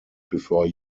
before